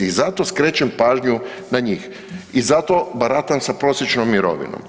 I zato skrećem pažnju na njih i zato baratam sa prosječnom mirovinom.